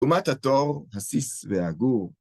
לעומת התור, הסיס והעגור